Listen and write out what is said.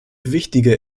wichtiger